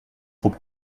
trop